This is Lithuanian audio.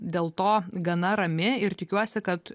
dėl to gana rami ir tikiuosi kad